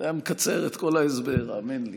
זה היה מקצר את כל ההסבר, האמן לי.